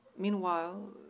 Meanwhile